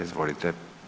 Izvolite.